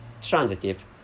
transitive